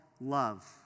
love